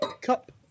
Cup